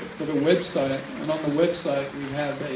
for the website. and on the website. we have